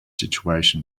situation